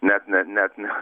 net ne net ne